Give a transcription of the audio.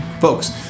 folks